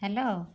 hello